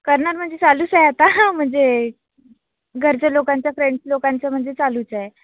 करणार म्हणजे चालूच आहे आत्ता म्हणजे घरचे लोकांचं फ्रेंड्स लोकांचं म्हणजे चालूच आहे